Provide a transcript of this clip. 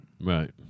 Right